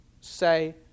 say